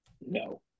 no